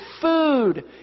food